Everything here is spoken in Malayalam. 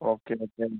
ഓക്കേ